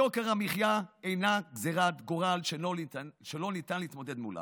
יוקר המחיה אינו גזרת גורל שלא ניתן להתמודד מולו.